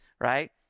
right